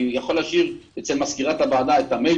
אני יכול להשאיר אצל מזכירת הוועדה את המייל